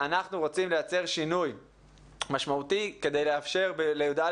אנחנו רוצים לייצר שינוי משמעותי כדי לאפשר לכיתות